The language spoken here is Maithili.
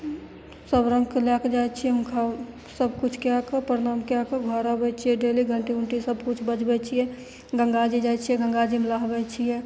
सब रङ्गके लैके जाइ छियै हुनका सब किछु कएके प्रणाम कएके घर आबय छियै डेली घण्टी उण्टी सब किछु बजबय छियै गंगा जी जाइ छियै गंगा जीमे नहबय छियै